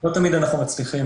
לא תמיד אנחנו מצליחים.